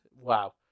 Wow